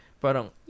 parang